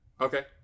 okay